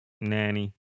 nanny